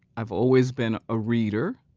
i've always been a reader.